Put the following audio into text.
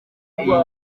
iyi